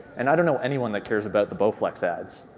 and i don't know anyone that cares about the bowflex ads.